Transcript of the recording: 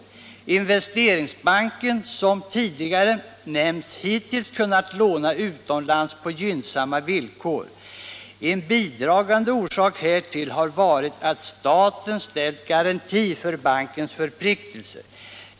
Investeringsbanken har som tidigare nämnts hittills kunnat låna utomlands på gynnsamma villkor. En bidragande orsak härtill har varit att staten ställt garanti för bankens förpliktelser.